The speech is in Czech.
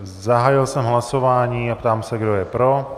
Zahájil jsem hlasování a ptám se, kdo je pro.